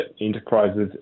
enterprises